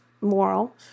moral